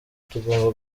tugomba